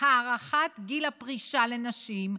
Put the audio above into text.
הארכת גיל הפרישה לנשים,